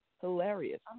hilarious